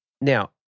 now